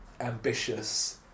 ambitious